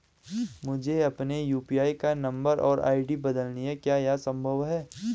मुझे अपने यु.पी.आई का नम्बर और आई.डी बदलनी है क्या यह संभव है?